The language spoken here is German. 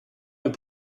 mit